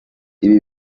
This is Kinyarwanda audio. ibi